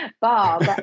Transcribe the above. Bob